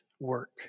work